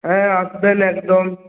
হ্যাঁ আসবেন একদম